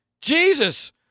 Jesus